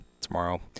tomorrow